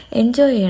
enjoy